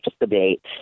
debate